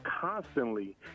constantly